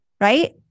right